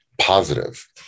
positive